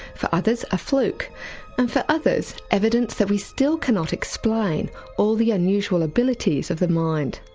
for others a fluke, and for others, evidence that we still cannot explain all the unusual abilities of the mind.